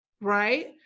right